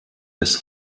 des